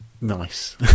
Nice